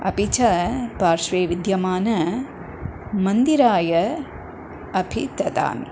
अपि च पार्श्वे विद्यमानं मन्दिराय अपि ददामि